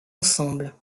ensemble